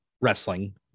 wrestling